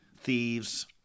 thieves